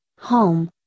home